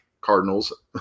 Cardinals